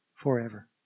forever